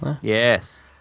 yes